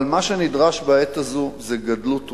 אבל מה שנדרש בעת הזאת זה גדלות רוח,